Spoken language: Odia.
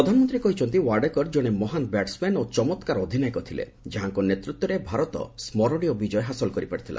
ପ୍ରଧାନମନ୍ତ୍ରୀ କହିଛନ୍ତି ୱେଡେକର ଜଣେ ମହାନ୍ ବ୍ୟାଟ୍ସ୍ମ୍ୟାନ୍ ଓ ଚମତ୍କାର ଅଧିନାୟକ ଥିଲେ ଯାହାଙ୍କ ନେତୃତ୍ୱରେ ଭାରତ ସ୍କରଣୀୟ ବିଜୟ ହାସଲ କରିପାରିଥିଲା